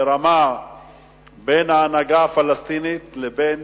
ברמה בין ההנהגה הפלסטינית לבין